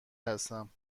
هستم